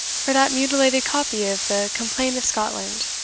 for that, mutilated copy of the complaynt of scotland,